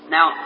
Now